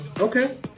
okay